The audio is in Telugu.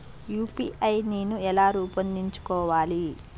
యూ.పీ.ఐ నేను ఎలా రూపొందించుకోవాలి?